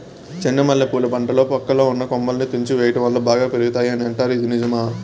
చెండు మల్లె పూల పంటలో పక్కలో ఉన్న కొమ్మలని తుంచి వేయటం వలన బాగా పెరుగుతాయి అని అంటారు ఇది నిజమా?